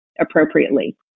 appropriately